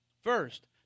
first